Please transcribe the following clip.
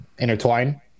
Intertwine